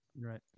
right